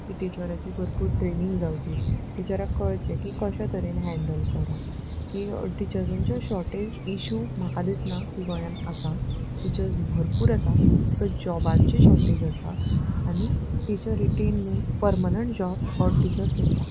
की टिचराची भरपूर ट्रेनींग जावची टिचराक कळचें की कशे तरेन हँन्डल करप की टिचर्सांच्यो शॉर्टेज इशू म्हाका दिसना की गोंयान आसा टिचर्स भरपूर आसा फक्त जॉबांचे शॉर्टेज आसा आनी teacher retain permanent job or teacher सोदता